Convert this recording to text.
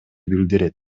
билдирет